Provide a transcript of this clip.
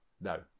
No